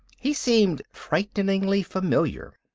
he seemed frighteningly familiar.